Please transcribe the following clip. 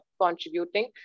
contributing